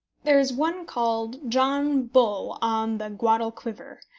there is one called john bull on the guadalquivir,